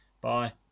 Bye